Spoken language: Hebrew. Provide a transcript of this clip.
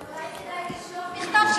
אבל אולי כדאי לשלוח מכתב,